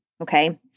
okay